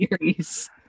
series